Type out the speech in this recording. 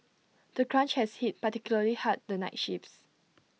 the crunch has hit particularly hard the night shifts